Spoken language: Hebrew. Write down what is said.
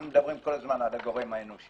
אנחנו מדברים כל הזמן על הגורם האנושי.